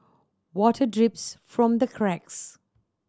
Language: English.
water drips from the cracks